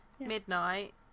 midnight